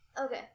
Okay